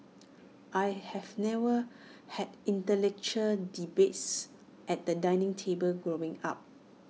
I have never had intellectual debates at the dining table growing up